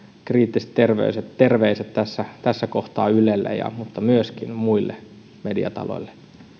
kriittiset terveiset tässä tässä kohtaa ylelle mutta myöskin muille mediataloille